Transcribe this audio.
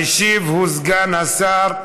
המשיב הוא סגן השר,